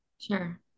sure